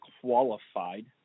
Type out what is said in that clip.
qualified